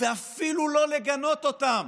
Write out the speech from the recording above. ואפילו לא לגנות אותם,